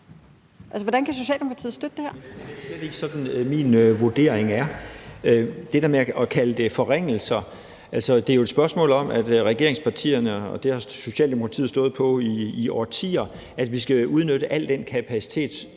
Flemming Møller Mortensen (S): Det er slet ikke sådan, min vurdering er – det der med at kalde det forringelser. Altså, det er jo et spørgsmål om, at regeringspartierne, og det har Socialdemokratiet stået på i årtier at vi skal, vil udnytte al den kapacitet,